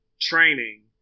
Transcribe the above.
training